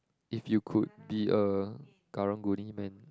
if you could be a Karang-Guni man